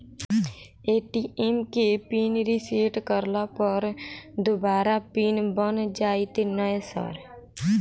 ATM केँ pin reset करला पर दोबारा पिन बन जाइत नै सर?